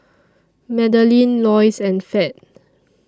Madelene Loyce and Fed